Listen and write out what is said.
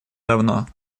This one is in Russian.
давно